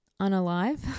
unalive